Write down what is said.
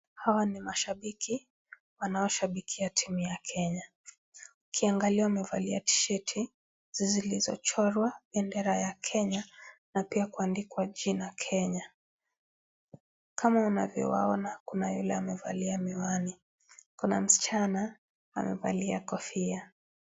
Hawa ni mashabiki wanaoshabikia timu ya Kenya. Ukiangalia wamevalia tisheti zilizochorwa bendera ya Kenya na pia kuandikwa jina Kenya. Kama unavyoona kuna yule aliyevalia miwani. Kuna msichana amevalia kofia.